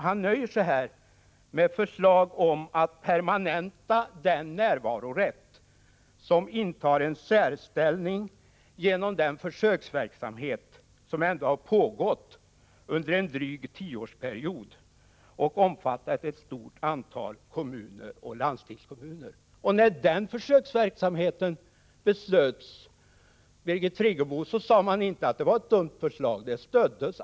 Han nöjer sig här med förslag om att permanenta den närvarorätt som intar en särställning genom den försöksverksamhet vilken ändå har pågått under en period av drygt tio år och omfattat ett stort antal kommuner och landstingskommuner. När den försöksverksamheten beslöts, Birgit Friggebo, sade man inte att det var ett dumt förslag.